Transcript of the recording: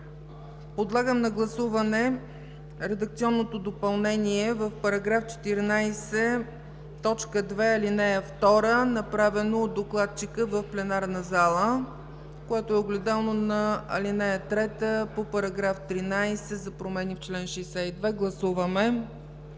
Подлагам на гласуване редакционното допълнение в § 14, т. 2, ал. 2, направено от докладчика в пленарната зала, което е огледално на ал. 3 по § 13 за промени в чл. 62. Гласуваме.